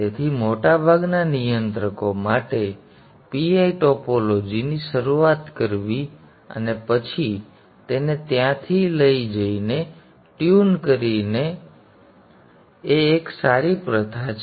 તેથી મોટાભાગના નિયંત્રકો માટે PI ટોપોલોજી થી શરૂઆત કરવી અને પછી તેને ત્યાંથી લઈ જઈને ટ્યુન કરીને ત્યાંથી લઈ જવી અને ત્યાંથી લઈ જવી એ એક સારી પ્રથા છે